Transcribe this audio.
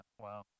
wow